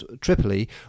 Tripoli